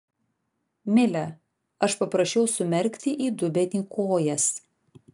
mile aš paprašiau sumerkti į dubenį kojas